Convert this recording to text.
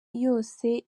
yose